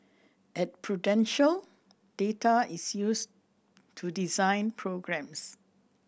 at Prudential data is used to design programmes